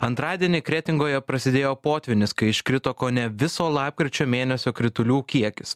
antradienį kretingoje prasidėjo potvynis kai iškrito kone viso lapkričio mėnesio kritulių kiekis